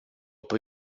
per